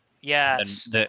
yes